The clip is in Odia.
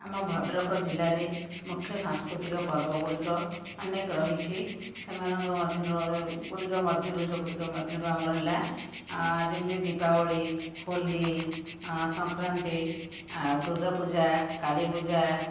ଆମ ଭଦ୍ରକ ଜିଲ୍ଲାରେ ମୁଖ୍ୟ ସାଂସ୍କୃତିକ ପର୍ବ ଗୁଡ଼ିକ ଅନେକ ରହିଛି ସେମାନଙ୍କ ମଧ୍ୟରୁ ସେଗୁଡ଼ିକ ମଧ୍ୟରୁ ଆମର ହେଲା ଯେମିତି ଦୀପାବଳି ହୋଲି ସଂକ୍ରାନ୍ତି ଆଉ ଦୂର୍ଗା ପୂଜା କାଳୀ ପୂଜା